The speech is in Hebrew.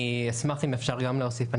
אני אשמח אם אפשר גם להוסיף.